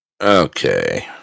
Okay